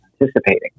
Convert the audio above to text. anticipating